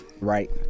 Right